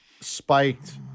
spiked